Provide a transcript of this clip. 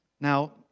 Now